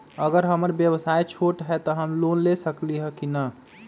अगर हमर व्यवसाय छोटा है त हम लोन ले सकईछी की न?